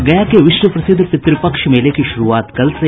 और गया के विश्व प्रसिद्ध पितृपक्ष मेले की शुरूआत कल से